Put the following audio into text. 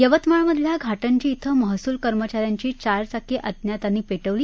यवतमाळमधल्या घाटंजी इथं महसूल कर्मचाऱ्यांची चारचाकी अज्ञातानी पेटवली